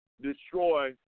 destroy